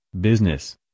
business